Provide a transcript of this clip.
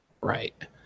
right